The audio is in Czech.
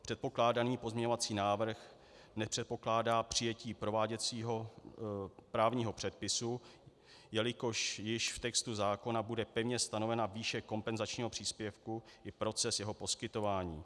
Předpokládaný pozměňovací návrh nepředpokládá přijetí prováděcího právního předpisu, jelikož již v textu zákona bude pevně stanovena výše kompenzačního příspěvku i proces jeho poskytování.